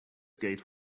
gate